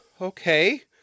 okay